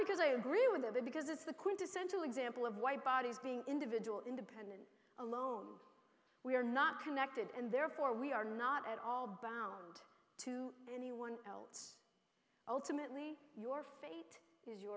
because i agree with it because it's the quintessential example of why bodies being individual independent alone we are not connected and therefore we are not at all bound to anyone else ultimately your fate